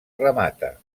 remata